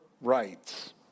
Rights